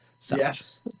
Yes